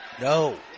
No